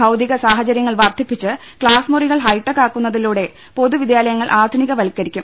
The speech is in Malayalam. ഭൌതിക സൌഹചര്യങ്ങൾ വർദ്ധിപ്പിച്ച് ക്ലാസ്മുറികൾ ഹൈടെക് ആക്കുന്നതിലൂടെ പൊതു വിദ്യാല യങ്ങൾ ആധുനികവൽക്കരിക്കും